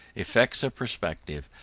effects of perspective,